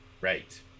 Right